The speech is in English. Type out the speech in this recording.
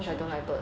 true true